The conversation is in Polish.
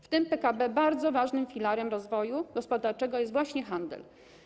W tym PKB bardzo ważnym filarem rozwoju gospodarczego jest właśnie handel.